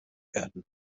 werden